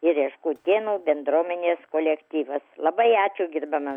ir reškutėnų bendruomenės kolektyvas labai ačiū gerbiamam